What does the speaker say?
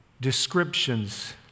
descriptions